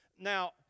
Now